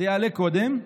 זה יעלה קודם.